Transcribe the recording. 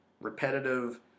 repetitive